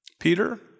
Peter